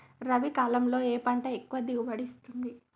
రబీ కాలంలో ఏ పంట ఎక్కువ దిగుబడి ఇస్తుంది?